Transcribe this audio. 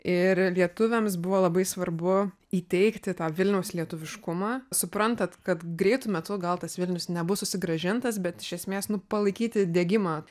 ir lietuviams buvo labai svarbu įteigti tą vilniaus lietuviškumą suprantant kad greitu metu gal tas vilnius nebus susigrąžintas bet iš esmės nu palaikyti degimą